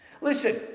Listen